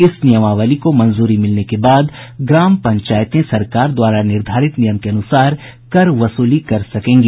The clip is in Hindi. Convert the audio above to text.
इस नियमावली को मंजूरी मिलने के बाद ग्राम पंचायतें सरकार द्वारा निर्धारित नियम के अनुसार कर वसूली कर सकेंगी